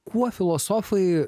kuo filosofai